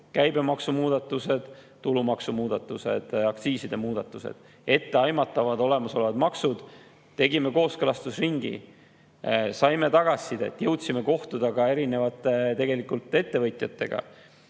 käibemaksu muudatused, tulumaksu muudatused, aktsiiside muudatused, etteaimatavad olemasolevad maksud. Tegime kooskõlastusringi, saime tagasisidet, jõudsime kohtuda erinevate ettevõtjatega.